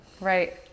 Right